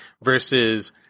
Versus